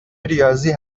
ریاضی